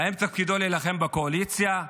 האם תפקידו להילחם בקואליציה?